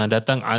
Datang